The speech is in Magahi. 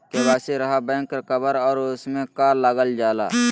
के.वाई.सी रहा बैक कवर और उसमें का का लागल जाला?